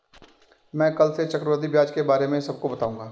मैं कल से चक्रवृद्धि ब्याज के बारे में सबको बताऊंगा